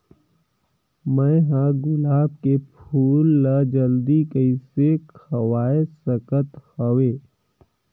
मैं ह गुलाब के फूल ला जल्दी कइसे खवाय सकथ हवे?